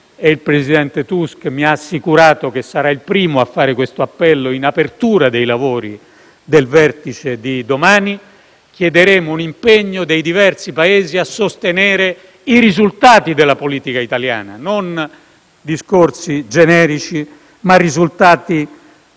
e il presidente Tusk mi ha assicurato che sarà il primo a fare questo appello in apertura dei lavori. Chiederemo un impegno dei diversi Paesi a sostenere i risultati della politica italiana: non discorsi generici, ma risultati